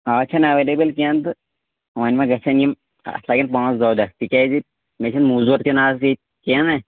اَز چھَنہٕ ایٚویلیبُل کیٚنٛہہ تہٕ وۄنۍ ما گژھن یِم اَتھ لَگن پانٛژھ دَہ دۄہ تِکیٛازِ مےٚ چھِنہٕ موٚزوٗر تہِ نہٕ اَز ییٚتہِ کیٚنٛہہ نا